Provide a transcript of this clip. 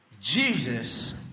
Jesus